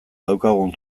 daukagun